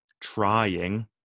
trying